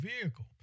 vehicle